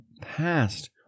past